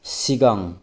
सिगां